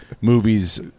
movies